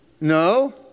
No